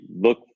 look